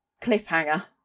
cliffhanger